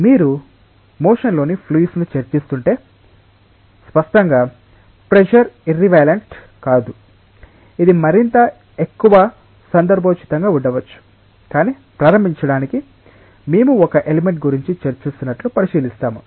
మీరు మోషన్ లోని ఫ్లూయిడ్స్ ను చర్చిస్తుంటే స్పష్టంగా ప్రెషర్ ఇర్రిలివెంట్ కాదు ఇది మరింత ఎక్కువ సందర్భోచితంగా ఉండవచ్చు కానీ ప్రారంభించడానికి మేము ఒక ఎలిమెంట్ గురించి చర్చిస్తున్నట్లు పరిశీలిస్తాము